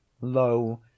lo